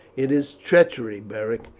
it is treachery, beric.